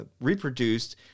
reproduced